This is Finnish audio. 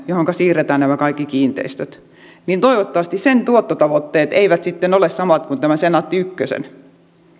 johonka siirretään nämä kaikki kiinteistöt niin toivottavasti sen tuottotavoitteet eivät sitten ole samat kuin tämän senaatti ykkösen